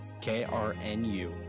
KRNU